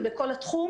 ובכל התחום,